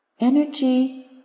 Energy